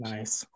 Nice